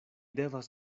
devas